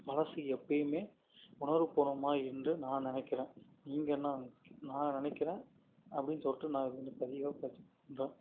பழசு எப்பையுமே உணர்வுபூர்வமாக என்று நான் நினைக்கிறேன் நீங்கள் என்ன நினைக்கி நான் நினைக்கிறேன் அப்படின்னு சொல்லிட்டு நான் இது வந்து பதிவாக பதிவு பண்ணுறேன்